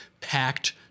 packed